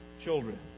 children